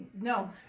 No